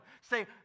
Say